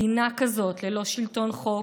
מדינה כזאת, ללא שלטון חוק,